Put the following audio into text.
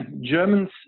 Germans